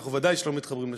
אנחנו בוודאי לא מתחברים לשם.